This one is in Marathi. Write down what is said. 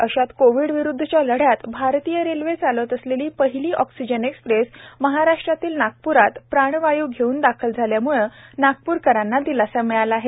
अश्यात कोविड विरुद्वच्या लढ्यात भारतीय रेल्वे चालवीत असलेली पहिली ऑक्सिजन एक्सप्रेस महाराष्ट्रातील नागपूरात प्राणवाय् घेवून दाखल झाल्याम्ळे नागप्रकरांना दिलासा मिळालेला आहे